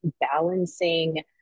balancing